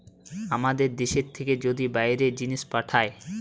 আমাদের দ্যাশ থেকে যদি বাইরে জিনিস পাঠায়